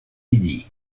lydie